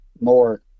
more